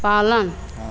पालन